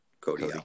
Cody